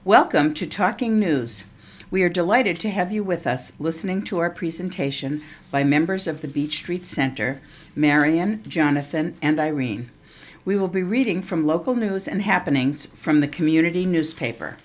welcome to talking news we're delighted to have you with us listening to our presentation by members of the beach street center marian jonathan and irene we will be reading from local news and happenings from the community newspaper